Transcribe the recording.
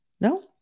No